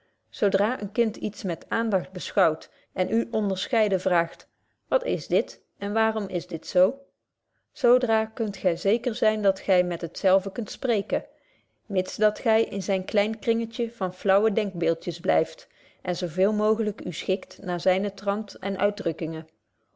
zo dra een kind iets met aandagt beschouwt en u onderscheiden vraagt wat is dit en waarom is dit zo zo dra kunt gy zeker zyn dat gy met hetzelve kunt spreken mits dat gy in zyn klein kringetje van flaauwe denkbeeldjes blyft en zo veel mooglyk u schikt naar zynen trant en uitdrukkingen